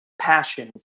passion